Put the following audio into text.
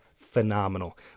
phenomenal